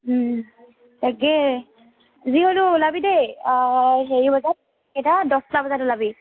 তাকে যি হ'লেও ওলাবি দেই হেৰি বজাত কেইটা দছটা বজাত ওলাবি